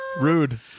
Rude